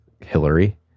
Hillary